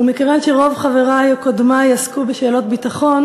ומכיוון שרוב חברי או קודמי עסקו בשאלות ביטחון